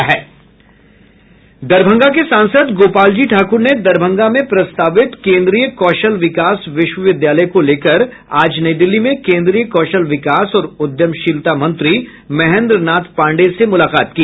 दरभंगा के सांसद गोपाल जी ठाकुर ने दरभंगा में प्रस्तावित केन्द्रीय कौशल विकास विश्वविद्यालय को लेकर आज नई दिल्ली में केन्द्रीय कौशल विकास और उद्यमशीलता मंत्री महेन्द्र नाथ पांडेय से मुलाकात की